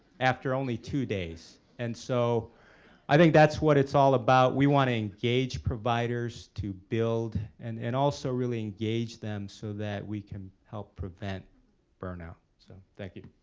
after only two days and so i think that's what it's all about. we want to engage providers to build and and also really engage them so that we can help prevent burnout. so thank you.